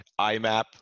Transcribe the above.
IMAP